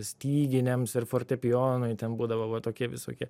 styginiams ir fortepijonui ten būdavo va tokie visokie